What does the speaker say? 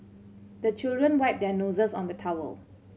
the children wipe their noses on the towel